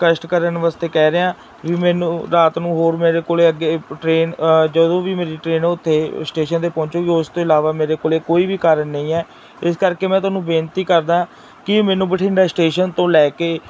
ਕਸ਼ਟ ਕਰਨ ਵਾਸਤੇ ਕਹਿ ਰਿਹਾ ਵੀ ਮੈਨੂੰ ਰਾਤ ਨੂੰ ਹੋਰ ਮੇਰੇ ਕੋਲ ਅੱਗੇ ਟਰੇਨ ਜਦੋਂ ਵੀ ਮੇਰੀ ਟ੍ਰੇਨ ਉੱਥੇ ਸਟੇਸ਼ਨ 'ਤੇ ਪਹੁੰਚੇਗੀ ਉਸ ਤੋਂ ਇਲਾਵਾ ਮੇਰੇ ਕੋਲ ਕੋਈ ਵੀ ਕਾਰਨ ਨਹੀਂ ਹੈ ਇਸ ਕਰਕੇ ਮੈਂ ਤੁਹਾਨੂੰ ਬੇਨਤੀ ਕਰਦਾ ਕਿ ਮੈਨੂੰ ਬਠਿੰਡਾ ਸਟੇਸ਼ਨ ਤੋਂ ਲੈ ਕੇ